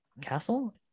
castle